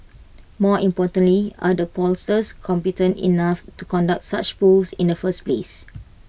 more importantly are the pollsters competent enough to conduct such polls in the first place